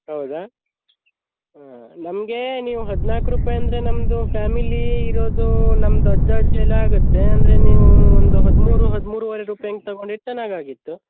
ಹೌದಾ ಹಾಂ ನಮಗೆ ನೀವು ಹದಿನಾಲ್ಕು ರೂಪಾಯಿ ಅಂದರೆ ನಮ್ಮದು ಫ್ಯಾಮಿಲಿ ಇರೋದು ನಮ್ದು ಅಜ್ಜ ಅಜ್ಜಿ ಎಲ್ಲ ಆಗುತ್ತೆ ಅಂದರೆ ನೀವು ಒಂದು ಹದಿಮೂರು ಹದಿಮೂರುವರೆ ರೂಪಾಯಿ ಹಂಗೆ ತಗೊಂಡಿರೆ ಚೆನ್ನಾಗಾಗಿತ್ತು